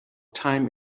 time